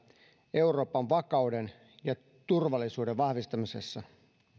euroopan vakauden ja turvallisuuden vahvistamisessa